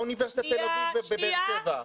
לא אוניברסיטת תל אביב בבאר שבע.